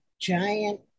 giant